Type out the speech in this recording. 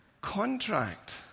contract